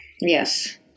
Yes